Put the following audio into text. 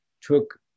took